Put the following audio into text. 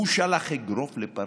הוא שלח אגרוף לפרצופה,